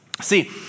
See